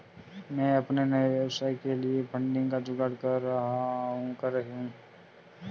मैं अपने नए व्यवसाय के लिए फंडिंग का जुगाड़ कर रही हूं